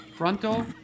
Frontal